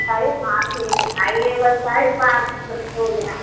अरे पाँच ही बताइए बस साढ़े पाँच तक हो गया